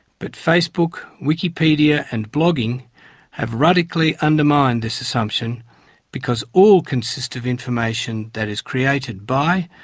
but facebook, wikipedia and blogging have radically undermined this assumption because all consist of information that is created by,